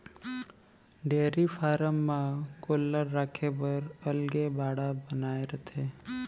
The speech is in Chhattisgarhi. डेयरी फारम म गोल्लर राखे बर अलगे बाड़ा बनाए रथें